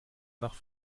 nach